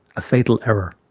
a fatal error.